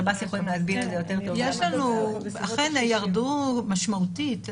אכן ירדו משמעותית.